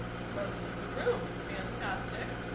most of the room. fantastic.